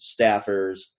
staffers